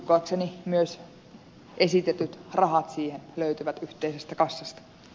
uskoakseni myös esitetyt rahat siihen löytyvät yhteisestä kassasta